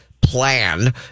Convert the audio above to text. plan